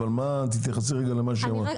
תתייחסי למה שהיא אמרה.